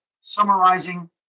summarizing